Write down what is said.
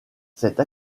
cette